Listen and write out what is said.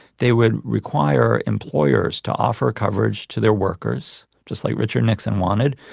they would require employers to offer coverage to their workers just like richard nixon wanted,